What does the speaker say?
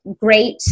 great